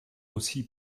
aussi